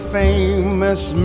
famous